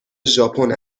ژاپن